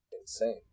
insane